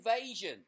Invasion